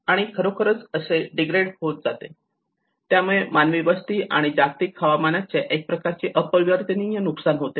आणि खरोखर ते असे डीग्रेड होत जाते आणि यामुळे मानवी वस्ती आणि जागतिक हवामानाचे एक प्रकारचे अपरिवर्तनीय नुकसान होते